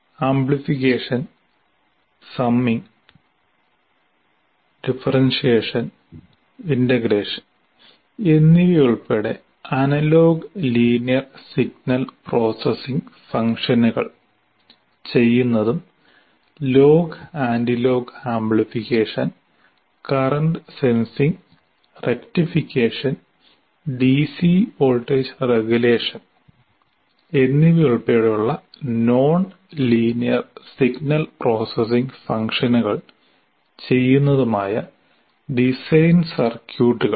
amplification summing differentiation integration amplification summing differentiation and integration എന്നിവയുൾപ്പെടെ analogue linear signal processing ഫംഗ്ഷനുകൾ ചെയ്യുന്നതും log antilog amplification current sensing rectification DC voltage regulation log and antilog amplification current sensing rectification and DC voltage regulation എന്നിവയുൾപ്പെടെയുള്ള non linear signal processing ഫംഗ്ഷനുകൾ ചെയ്യുന്നതുമായ design സർക്യൂട്ടുകൾ